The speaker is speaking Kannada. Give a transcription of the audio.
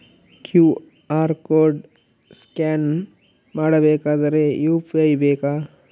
ಕ್ಯೂ.ಆರ್ ಕೋಡ್ ಸ್ಕ್ಯಾನ್ ಮಾಡಬೇಕಾದರೆ ಯು.ಪಿ.ಐ ಬೇಕಾ?